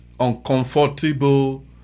uncomfortable